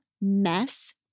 Mess